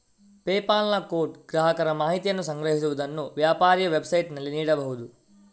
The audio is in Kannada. ಪೆಪಾಲ್ ನ ಕೋಡ್ ಗ್ರಾಹಕರ ಮಾಹಿತಿಯನ್ನು ಸಂಗ್ರಹಿಸುವುದನ್ನು ವ್ಯಾಪಾರಿಯ ವೆಬ್ಸೈಟಿನಲ್ಲಿ ನೀಡಬಹುದು